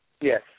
Yes